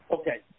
Okay